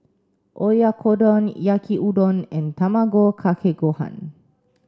Oyakodon Yaki Udon and Tamago Kake Gohan